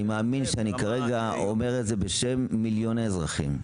ואני מאמין שאני אומר את זה כרגע בשם מיליוני אזרחים.